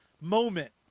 moment